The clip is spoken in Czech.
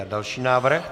Další návrh.